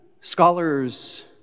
scholars